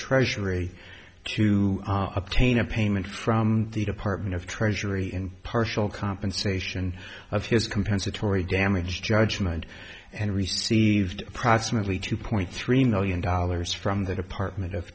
treasury to obtain a payment from the department of treasury in partial compensation of his compensatory damage judgment and received approximately two point three million dollars from the department of